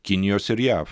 kinijos ir jav